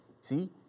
See